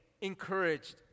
encouraged